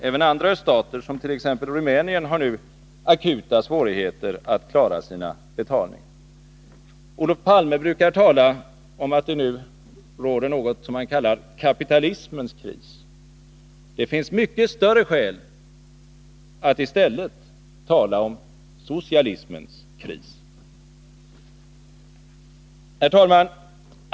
Även andra öststater som t.ex. Rumänien har nu akuta svårigheter att klara sina betalningar. Olof Palme brukar tala om att det nu råder något som han kallar kapitalismens kris. Det finns mycket större skäl att i stället tala om socialismens kris. Herr talman!